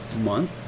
month